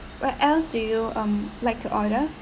what else do you um like to order